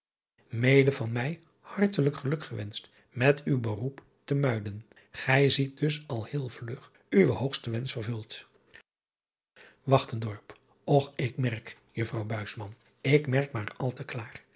ede van mij hartelijk geluk gewenscht met uw beroep te uiden ij ziet dus al heel vlug uwen hoogsten wensch vervuld ch ik merk uffrouw ik merk maar al te klaar